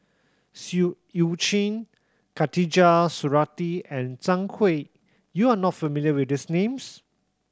Siu Eu Chin Khatijah Surattee and Zhang Hui you are not familiar with these names